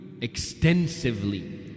extensively